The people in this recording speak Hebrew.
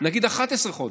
נגיד 11 חודש,